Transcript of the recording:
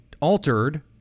altered